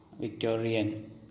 Victorian